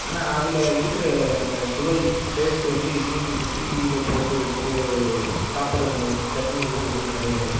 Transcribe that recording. ஆனால் அதில் இருக்கிற அந்த சுவை டேஸ்ட்டு வந்து இன்றைக்கு மிக்ஸியில் போட்டு எடுத்து சாப்பிடுற அந்த சட்னிலலாம் எதுவும் கிடையாது